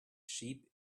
sheep